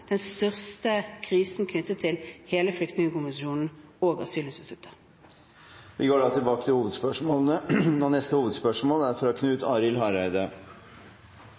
den største krisen knyttet til hele flyktningkonvensjonen og asylinstituttet. Vi går videre til neste hovedspørsmål. Statsministeren har allereie sagt at dette er